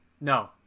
No